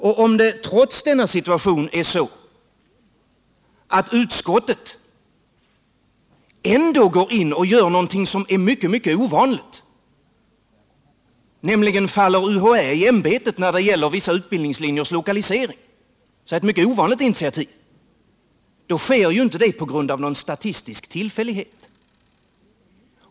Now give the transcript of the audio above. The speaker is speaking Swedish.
Och om det trots denna situation är så, att utskottet ändå går in och tar ett mycket, mycket ovanligt initiativ — nämligen faller UHÄ i ämbetet när det gäller vissa utbildningslinjers lokalisering — sker ju inte det på grund av någon statistisk tillfällighet.